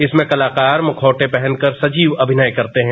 इसमें कलाकार मुखौटे पहनकर सजीव अभिनय करते हैं